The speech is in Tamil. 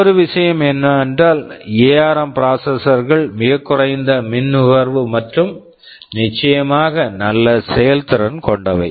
மற்றொரு விஷயம் என்னவென்றால் எஆர்ம் ARM ப்ராசெசர் processor கள் மிகக் குறைந்த மின் நுகர்வு மற்றும் நிச்சயமாக நல்ல செயல்திறன் கொண்டவை